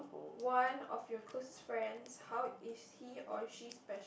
one of your closest friends how is he or she special